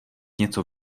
něco